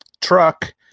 truck